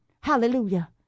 Hallelujah